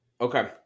Okay